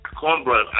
Cornbread